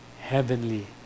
heavenly